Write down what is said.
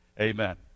Amen